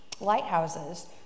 lighthouses